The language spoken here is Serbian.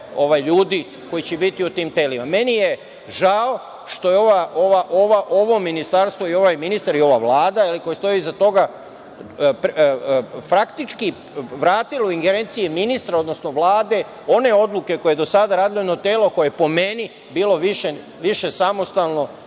ljudi koji će biti u tim telima. Meni je žao što je ovo ministarstvo, ovaj ministar i ova Vlada koja stoji iza toga faktički vratila u ingerencije ministra, odnosno Vlade one odluke koje je do sada radilo jedno telo, koje po meni bilo više samostalno